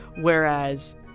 Whereas